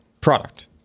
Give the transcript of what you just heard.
product